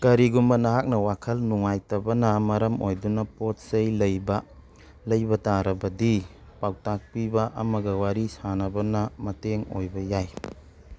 ꯀꯔꯤꯒꯨꯝꯕ ꯅꯍꯥꯛꯅ ꯋꯥꯈꯜ ꯅꯨꯡꯉꯥꯏꯇꯕꯅ ꯃꯔꯝ ꯑꯣꯏꯗꯨꯅ ꯄꯣꯠ ꯆꯩ ꯂꯩꯕ ꯂꯩꯕ ꯇꯥꯔꯕꯗꯤ ꯄꯥꯎꯇꯥꯛ ꯄꯤꯕ ꯑꯃꯒ ꯋꯥꯔꯤ ꯁꯥꯅꯕꯅ ꯃꯇꯦꯡ ꯑꯣꯏꯕ ꯌꯥꯏ